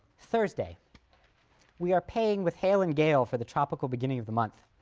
thursday we are paying with hail and gale for the tropical beginning of the month.